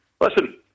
Listen